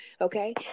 Okay